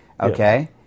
okay